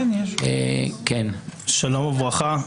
שלום וברכה.